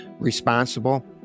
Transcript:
responsible